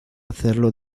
hacerlo